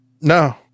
No